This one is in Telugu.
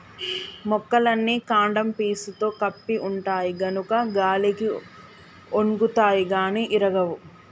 మొక్కలన్నీ కాండం పీసుతో కప్పి ఉంటాయి గనుక గాలికి ఒన్గుతాయి గాని ఇరగవు